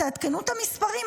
תעדכנו את המספרים,